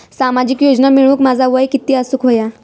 सामाजिक योजना मिळवूक माझा वय किती असूक व्हया?